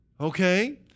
Okay